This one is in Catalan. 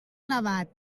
nevat